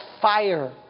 fire